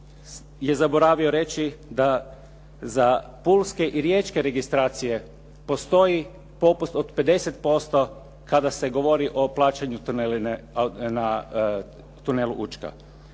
je zaboravio reći da za pulske i riječke registracije postoji popust od 50% kada se govori o plaćanju tunelu Učka.